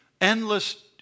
endless